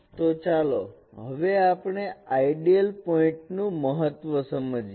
તો ચાલો હવે આપણે આઈડિઅલ પોઇન્ટ નું મહત્વ સમજીએ